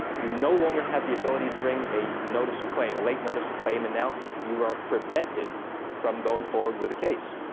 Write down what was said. you no longer have the ability to bring a notice of claim, a late notice of claim and now you are prevented from going forward with the case.